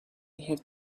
have